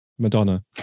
madonna